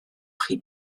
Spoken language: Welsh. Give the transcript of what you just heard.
chi